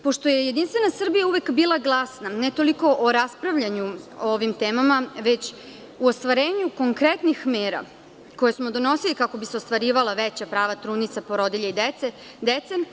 Pošto je JS uvek bila glasna ne toliko o raspravljanju ovim temama već u ostvarenju konkretnih mera koje smo donosili kako bi se ostvarivala veća prava trudnica, porodilja i dece.